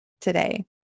today